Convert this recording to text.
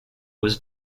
was